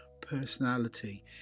personality